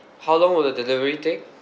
how long will the delivery take